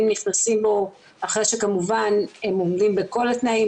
נכנסים אחרי שכמובן הם עומדים בכל התנאים,